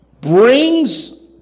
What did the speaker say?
brings